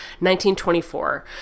1924